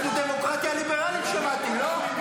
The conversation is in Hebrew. אנחנו דמוקרטיה ליברלית, שמעתי, לא?